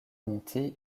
monty